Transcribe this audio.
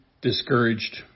discouraged